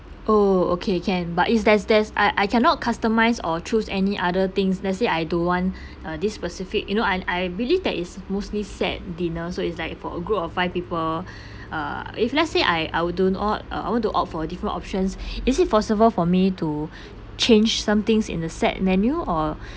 oh okay can but it's there's there's I I cannot customise or choose any other things let's say I don't want uh this specific you know and I believe that is mostly set dinner so it's like for a group of five people uh if let's say I I will do not uh I want to opt for a different options is it possible for me to change some things in the set menu or